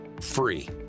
free